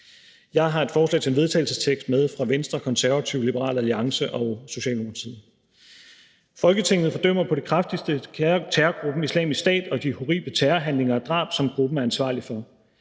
Jeg har et forslag til vedtagelse med fra Venstre, Konservative, Liberal Alliance og Socialdemokratiet: Forslag til vedtagelse »Folketinget fordømmer på det kraftigste terrorgruppen Islamisk Stat og de horrible terrorhandlinger og drab, som gruppen er ansvarlig for.